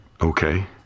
okay